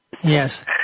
Yes